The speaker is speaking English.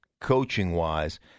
coaching-wise